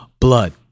blood